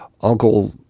uncle